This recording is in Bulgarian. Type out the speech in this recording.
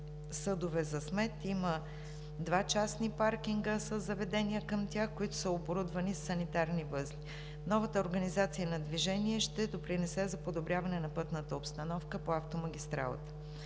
съдове за смет, два частни паркинга със заведения към тях, които са оборудвани със санитарни възли. Новата организация на движение ще допринесе за подобряване на пътната обстановка по автомагистралата.